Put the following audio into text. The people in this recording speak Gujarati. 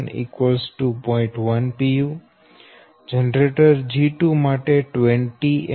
10 pu G2 20 MVA 13